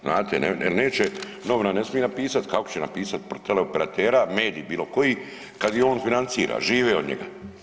Znate neće, novina ne smije ne napisati, kako će napisati protiv teleoperatera, mediji bilo koji kad ih on financira, žive od njega?